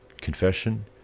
confession